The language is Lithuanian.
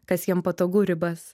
kas jiem patogu ribas